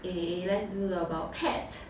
eh eh let's do about pets